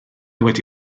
wedi